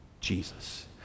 Jesus